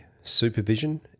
supervision